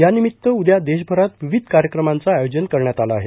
यानिमित्त उद्या देशभरात विविध कार्यक्रमांचं आयोजन करण्यात आलं आहे